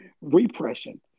repression